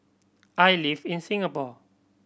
I live in Singapore